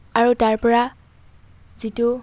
আৰু তাৰ পৰা যিটো